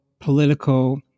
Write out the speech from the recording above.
political